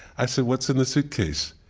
i said, what's in the suitcase?